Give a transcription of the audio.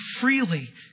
freely